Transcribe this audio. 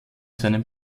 seinem